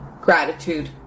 gratitude